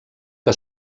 que